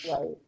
Right